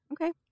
Okay